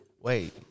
Wait